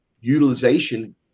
utilization